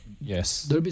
Yes